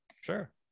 Sure